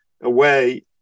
away